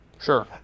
Sure